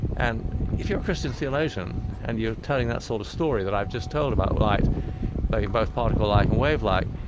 and, if you're a christian theologian, and you're telling that sort of story that i've just told about light being both particle-like and wave-like,